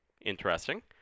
Interesting